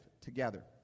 together